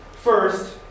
First